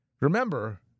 Remember